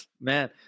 Man